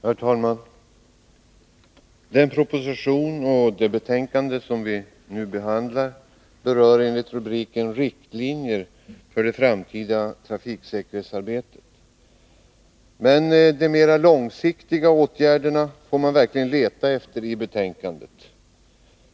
Herr talman! Den proposition och det betänkande som vi nu behandlar berör enligt rubriken riktlinjer för det framtida trafiksäkerhetsarbetet. Men de mera långsiktiga åtgärderna får man verkligen leta efter i betänkandet.